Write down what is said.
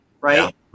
right